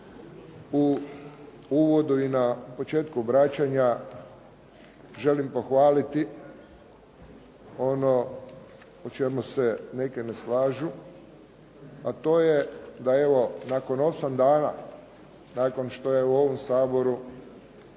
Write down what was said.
U uvodu i na početku obraćanja želim pohvaliti ono o čemu se neki ne slažu, a to je da evo nakon 8 dana, nakon što je u ovom Saboru